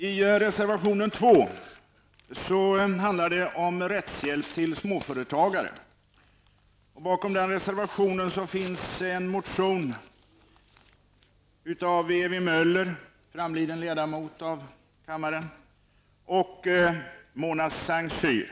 I reservation 2 handlar det om rättshjälp till småföretagare. Bakom den reservationen finns en motion av Ewy Möller, framliden ledamot av kammaren, och Mona Saint Cyr.